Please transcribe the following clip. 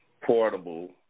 Portable